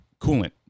coolant